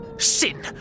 Sin